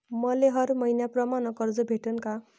मले हर मईन्याप्रमाणं कर्ज भेटन का?